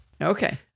Okay